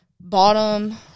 bottom